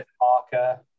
Parker